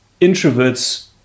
introverts